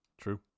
True